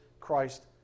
christ